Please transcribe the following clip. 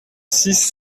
six